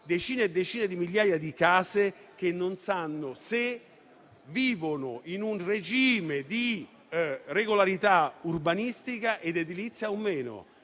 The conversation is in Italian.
decine e decine di migliaia di case che non sanno se vivono in un regime di regolarità urbanistica ed edilizia o meno.